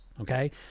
okay